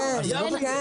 אז זה לא בית משפט.